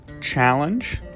challenge